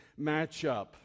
matchup